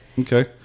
Okay